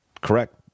correct